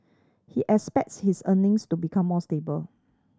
he expects his earnings to become more stable